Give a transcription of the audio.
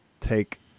take